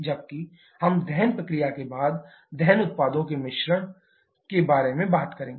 जबकि हम दहन प्रक्रिया के बाद दहन उत्पादों के मिश्रण के बारे में बात करेंगे